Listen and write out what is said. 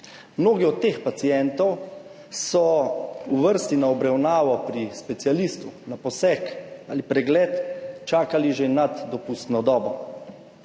Mnogi od teh pacientov so v vrsti na obravnavo pri specialistu, na poseg ali pregled čakali že nad dopustno dobo.